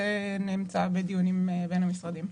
הנושא נמצא בדיונים בין המשרדים.